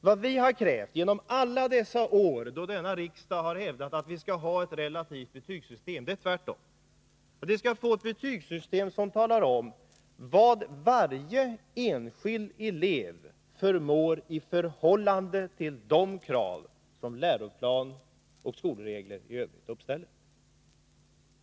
Vad vi har krävt under alla de år då denna riksdag har hävdat att vi skall ha ett relativt betygssystem är tvärtom att vi skall få ett betygssystem som talar om vad varje enskild elev förmår i förhållande till de krav som läroplan och skolregler uppställer.